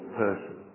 person